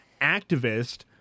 activist